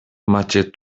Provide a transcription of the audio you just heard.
macie